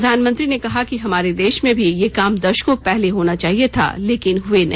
प्रधानमंत्री ने कहा कि हमारे देश में भी यह काम दशकों पहले होना चाहिए था लेकिन हुए नहीं